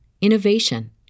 innovation